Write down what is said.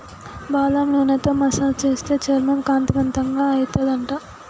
బాదం నూనెతో మసాజ్ చేస్తే చర్మం కాంతివంతంగా అయితది అంట